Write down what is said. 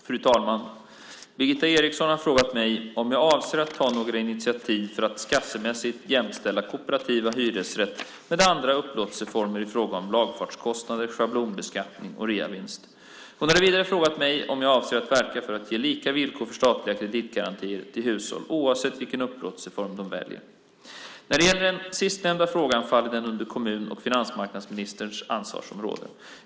Fru talman! Birgitta Eriksson har frågat mig om jag avser att ta några initiativ för att skattemässigt jämställa kooperativ hyresrätt med andra upplåtelseformer i fråga om lagfartskostnader, schablonbeskattning och reavinstskatt. Hon har vidare frågat mig om jag avser att verka för att ge lika villkor för statliga kreditgarantier till hushåll oavsett vilken upplåtelseform de väljer. När det gäller den sistnämnda frågan faller den under kommun och finansmarknadsministerns ansvarsområde.